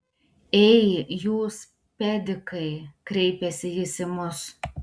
ei jūs pedikai kreipėsi jis į mus